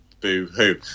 boo-hoo